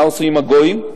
מה עושים הגויים,